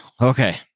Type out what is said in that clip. Okay